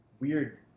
weird